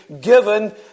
given